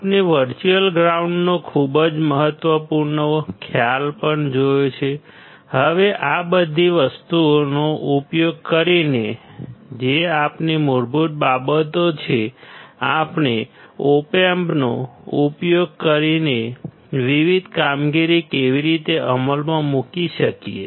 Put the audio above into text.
આપણે વર્ચ્યુઅલ ગ્રાઉન્ડનો ખૂબ જ મહત્વપૂર્ણ ખ્યાલ પણ જોયો છે હવે આ બધી વસ્તુઓનો ઉપયોગ કરીને જે આપણી મૂળભૂત બાબતો છે આપણે ઓપ એમ્પનો ઉપયોગ કરીને વિવિધ કામગીરી કેવી રીતે અમલમાં મૂકી શકીએ